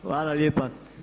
Hvala lijepa.